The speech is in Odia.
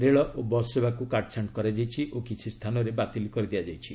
ରେଳ ଓ ବସ୍ ସେବାକୁ କାଟ୍ଛାଣ୍ଟ୍ କରାଯାଇଛି ଓ କିଛି ସ୍ଥାନରେ ବାତିଲ୍ କରାଯାଇଛି